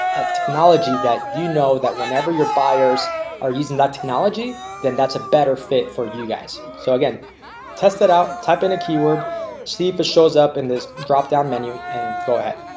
a technology that you know that whenever your buyers are using that technology then that's a better fit for you guys. so again test it out type in a keyword see if it shows up in this drop down menu and go ahead.